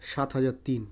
সাত হাজার তিন